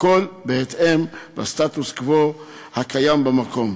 הכול בהתאם לסטטוס-קוו הקיים במקום.